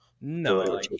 No